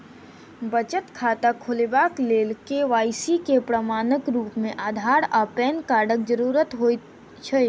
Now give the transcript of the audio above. बचत खाता खोलेबाक लेल के.वाई.सी केँ प्रमाणक रूप मेँ अधार आ पैन कार्डक जरूरत होइ छै